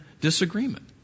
disagreement